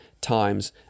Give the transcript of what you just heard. times